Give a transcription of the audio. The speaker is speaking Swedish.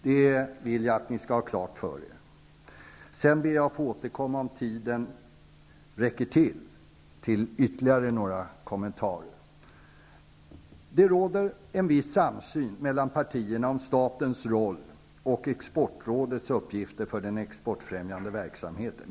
Det vill jag att ni skall ha klart för er. Jag återkommer till ytterligare kommentarer om det finns tid för det. Det råder en viss samsyn mellan partierna om statens roll och exportrådets uppgifter för den exportfrämjande verksamheten.